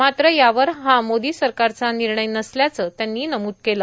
मात्र यावर हा मोदों सरकारचा निणय नसल्याचं त्यांनी नमूद केलं